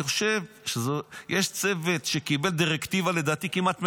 אני חושב, יש צוות שקיבל דירקטיבה כמעט מלאה.